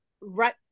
Right